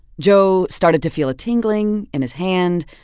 joe started to feel a tingling in his hand,